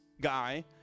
guy